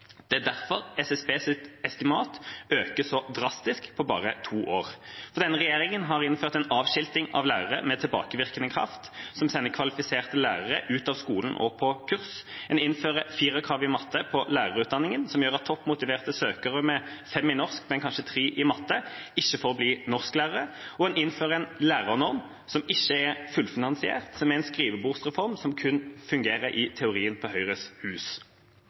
Det er derfor SSBs estimat øker så drastisk på bare to år. Denne regjeringa har innført en avskilting av lærere med tilbakevirkende kraft, som sender kvalifiserte lærere ut av skolen og på kurs. En innfører firerkrav i matte på lærerutdanningen, noe som gjør at topp motiverte søkere med 5 i norsk, men kanskje 3 i matte, ikke får bli norsklærere, og en innfører en lærernorm som ikke er fullfinansiert, som er en skrivebordsreform som kun fungerer i teorien på Høyres hus.